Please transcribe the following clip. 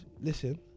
Listen